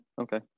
okay